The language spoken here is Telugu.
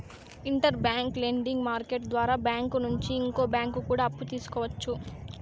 ఇంటర్ బ్యాంక్ లెండింగ్ మార్కెట్టు ద్వారా బ్యాంకు నుంచి ఇంకో బ్యాంకు కూడా అప్పు తీసుకోవచ్చు